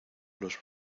los